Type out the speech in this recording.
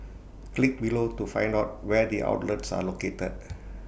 click below to find out where the outlets are located